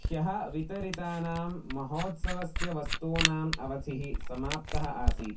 ह्यः वितरितानां महोत्सवस्य वस्तूनाम् अवधिः समाप्तः आसीत्